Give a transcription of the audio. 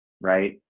right